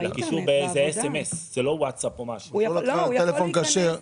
הוא לא יכול להיכנס לקישור.